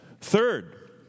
Third